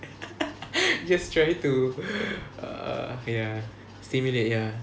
just trying to ya stimulate ya